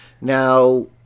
Now